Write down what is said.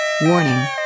warning